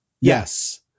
yes